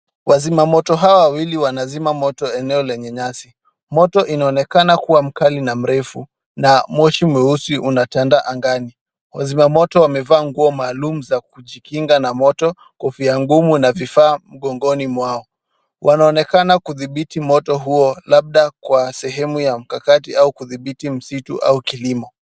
Wazima moto hawa wawili wanazima moto eneo lenye nyasi. Moto inaonekana kuwa mkali na mrefu na moshi mweusi unatandaa angani. Wazima moto wamevaa nguo maalum za kujikinga na moto kofia ngumu na vifaa mgongoni mwao. Wanaonekana kudhibiti moto huo, labda kwa sehemu ya mkakati au kudhibiti msitu au kilimo.